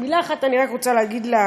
מילה אחרונה אני רוצה להגיד: